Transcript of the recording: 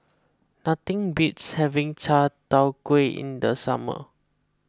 nothing beats having Chai Tow Kuay in the summer